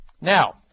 Now